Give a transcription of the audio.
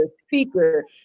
speaker